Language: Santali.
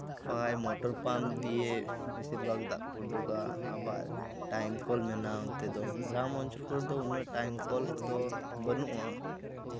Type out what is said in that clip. ᱵᱟᱠᱷᱟᱡ ᱢᱚᱴᱚᱨ ᱯᱟᱢᱯ ᱫᱤᱭᱮ ᱵᱮᱥᱤᱨ ᱵᱷᱟᱜᱽ ᱫᱟᱜ ᱠᱚ ᱩᱰᱩᱠᱟ ᱟᱵᱟᱨ ᱴᱟᱭᱤᱢ ᱠᱚᱞ ᱢᱮᱱᱟᱜᱼᱟ ᱚᱱᱛᱮ ᱫᱚ ᱜᱨᱟᱢ ᱚᱧᱪᱚᱞ ᱠᱚᱨᱮ ᱫᱚ ᱩᱱᱟᱹᱜ ᱴᱟᱭᱤᱢ ᱠᱚᱞ ᱠᱚᱫᱚ ᱵᱟᱹᱱᱩᱜᱼᱟ